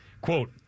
Quote